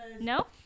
no